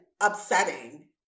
upsetting